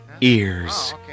ears